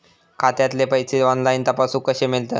खात्यातले पैसे ऑनलाइन तपासुक कशे मेलतत?